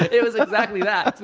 it was exactly that.